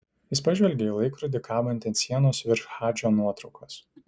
jis pažvelgė į laikrodį kabantį ant sienos virš hadžo nuotraukos